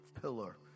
pillar